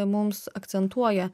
mums akcentuoja